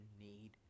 need